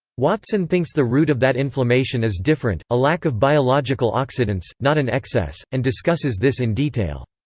watson thinks the root of that inflammation is different a lack of biological oxidants, not an excess, and discusses this in detail.